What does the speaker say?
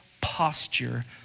posture